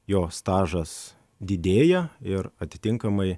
jo stažas didėja ir atitinkamai